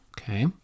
Okay